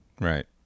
Right